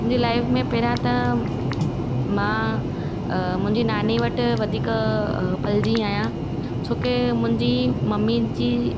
मुंहिंजी लाइफ में पहिरियां त मां मुंहिंजी नानी वटि वधीक पलिजी आहियां छोकी मुंहिंजी मम्मी जी